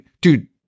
dude